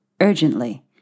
urgently